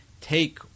Take